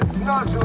not